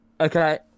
Okay